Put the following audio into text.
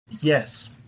Yes